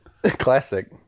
Classic